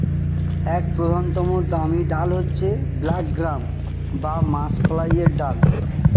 এক প্রধানতম দামি ডাল হচ্ছে ব্ল্যাক গ্রাম বা মাষকলাইয়ের ডাল